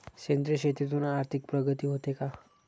सेंद्रिय शेतीतून आर्थिक प्रगती होते का?